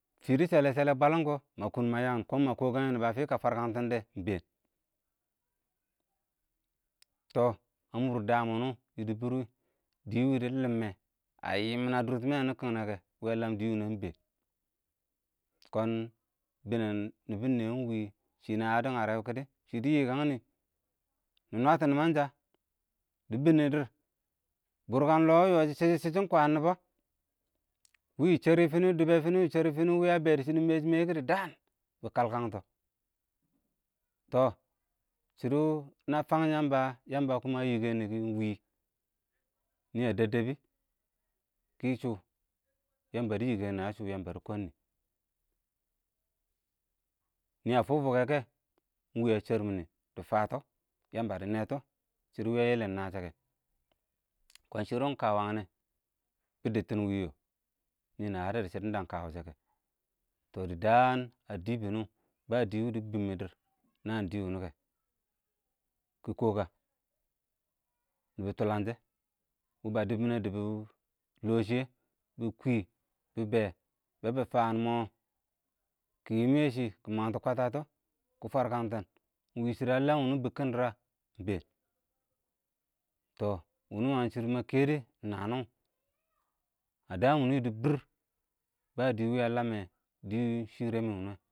fɪ dɪ shɛle-shɛlɛ bwəlɪm kɔ mə kʊn mə yəghɪn kɔ mə kɔ kəng yɛ nɪbɔ ə fɪ kə fwər kəng tɪnde ɪng bɛɛn, tɔ a mʊr dəən wʊnʊng yɪdɪbɪr wɪɪ dɪ wɪɪ dɪ llɪmmɛ ə ɪng yɪm ə dʊrtɪmɛ ɪng wʊnʊng kɪngnɛ kɛ, wɛ ə ləng dɪ wʊnʊn ɪng bɛɛn, kɔn bɪnɛng nɪbɪn nɪyɛ ɪng wɪ shɪnə yədɔ ngərɛ wɔ kɪdɪ dɪ yɪkəng nɪ, nɪ nwətɔ nəmansə dɪ bɪ nɪdɪr, bʊrkən ɪng lɔɔ ə yɔɔ wɪshɪ shɪ shɪ kwən ɪng nɪbɔ, ɪng wɪɪ shərɪ fɪɪ nɪ dʊbb kwa shini meshi nɪ a be dɪ shimini meshi mekiki daan be kalkakkats tɔ fɪnɪ ɪng shərɪ fɪɪn ɪng nɪ ə bɛ dɪ shɪnɪn mɛshɪ-mɛyɪ ɪng kə kɔ dɪ dəən kəlkəngtɔ tɔɔh ɪng shɪdʊ shʊ nə fəng ɪng yəmbə, yəma kʊma ə yɪkɛnɪ nɪng fɪɪ ɪng wɪɪ nɪ ə dɛb- dɛbɪ, fɪshʊ, Yəmbə dɪ yɪkɛn ə shʊ yəmbə dɪ kɔɔ nɪ, nɪ ə fʊkfʊkɛ kɛ, ɪng wɪɪ ə shɛɛr mɪnɪ dɪ fətɔ Yəmbə dɪ nɛtɔ, shɪdo wɪɪ ə Yɛlɛm ɪng nəshɔ kɛ, kɔɔn shɪr ɪng kə wəng yɛ bɪ dɪttɪn ɪng wɪ yɔɔ, nɪ nə yədɔ dɪ shɪdɔn də ɪn kə wɪshɛ kɛ tɔɔ dɪ dəən ə dɪ bɪnɪ bə dɪɪn wʊ dɪ dɪmmɪn dɪɪr nə dɪɪn wʊnʊ kɛ kɪ kɔ kə, nɪbɪ tʊləngshɛ wɪbə dɪbɪ mɪnɛ dɪbʊ, lɔ shɪ, dɪ kwɪɪ, dɪbɛ, bɛ bɪ fəən mɔɔ, kɪ yɪm yɛ shɪ kɪ məngtɔ kwətətɔ, kɪ fwərkəngtɪn, ɪng wɨ shɨdɔ ə ləm wʊnʊng bɪkkɪn ɪng dɪɪr ə? ɪng bɛɛn tɔ wʊnɔ wəng shɪdɔ mə kɛdɪ ɪng nənɪ ə fdəəm wʊnʊng yɪdɪbɪr, bə dɪɪ wɪɪ ə ləm wʊnʊ dɪɪ shɪryɛ aꞌ nən wʊnʊ.